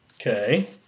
Okay